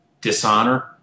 dishonor